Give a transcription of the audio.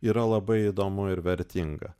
yra labai įdomu ir vertinga